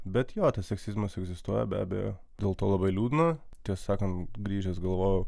bet jo seksizmas egzistuoja be abejo dėl to labai liūdna tiesą sakant grįžęs galvojau